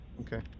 Okay